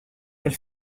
elle